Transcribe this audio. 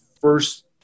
first